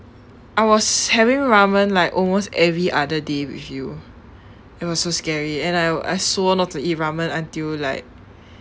I was having ramen like almost every other day with you it was so scary and I I swore not to eat ramen until like